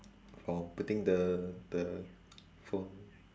from putting the the phone